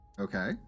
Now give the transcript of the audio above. Okay